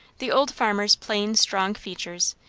the old farmer's plain strong features,